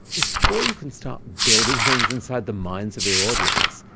before you can start building things inside the minds of your audience,